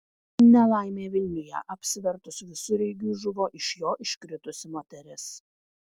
nelaimė vilniuje apsivertus visureigiui žuvo iš jo iškritusi moteris